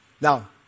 Now